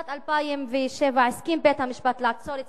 בשנת 2007 הסכים בית-המשפט לעצור את